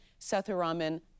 Sethuraman